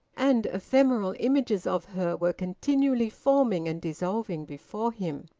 and ephemeral images of her were continually forming and dissolving before him.